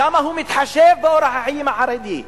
שם הוא מתחשב באורח החיים החרדי,